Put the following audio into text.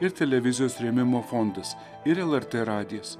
ir televizijos rėmimo fondas ir lrt radijas